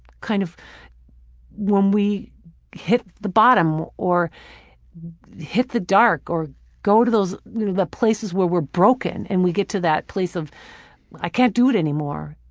kind of when we hit the bottom, or hit the dark or go to those you know places where we're broken, and we get to that place of i can't do it anymore,